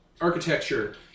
architecture